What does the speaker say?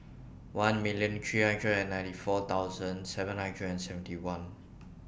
one million three hundred and ninety four thousand seven hundred and seventy one